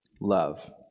love